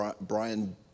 Brian